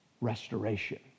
restoration